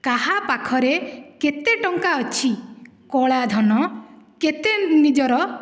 କାହା ପାଖରେ କେତେ ଟଙ୍କା ଅଛି କଳା ଧନ କେତେ ନିଜର